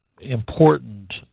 important